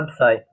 website